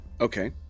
Okay